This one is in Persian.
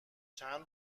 چند